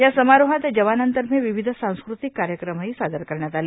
या समारोहात जवानांतर्फे विविध सांस्कृतिक कार्यक्रमही सादर करण्यात आले